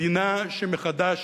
מדינה שמחדש